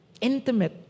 Intimate